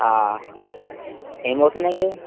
ఏమవుతుందండి